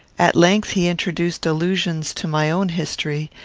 at length he introduced allusions to my own history,